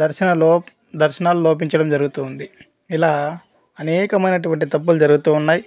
దర్శనలోప్ దర్శనం లోపించడం జరుగుతోంది ఇలా అనేకమైన అటువంటి తప్పులు జరుగుతూ ఉన్నాయి